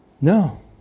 No